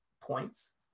points